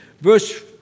verse